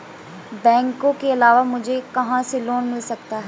बैंकों के अलावा मुझे कहां से लोंन मिल सकता है?